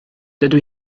dydw